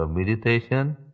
Meditation